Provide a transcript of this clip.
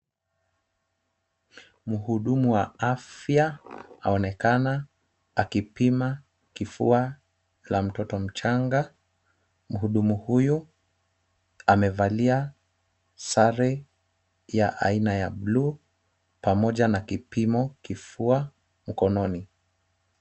Mhudumu wa afya aonekana akipima kifua cha mtoto mchanga. Mhudumu huyu amevalia sare ya aina ya blue pamoja na kipimo kifua mkononi.